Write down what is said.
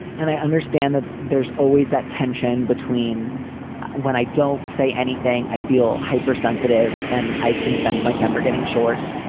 and i understand that there's always that tension between when i don't say anything. i feel hypersensitive and i can sense my temper getting short.